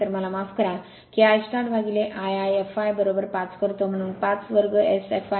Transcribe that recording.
तर मला माफ करा की I startI I fl5 करतो म्हणून 5 2Sfl 0